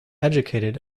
educated